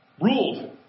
ruled